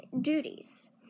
duties